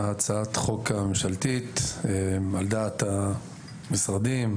הצעת החוק הממשלתית על דעת המשרדים,